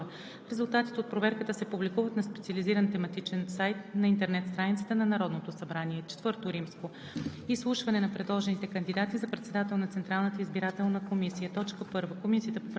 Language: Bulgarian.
и разузнавателните служби на Българската народна армия се прави от председателя на Комисията по правни въпроси. 2. Резултатите от проверката се публикуват на специализиран тематичен сайт на интернет страницата на Народното събрание.